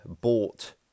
bought